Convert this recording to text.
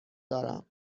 دارم